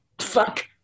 Fuck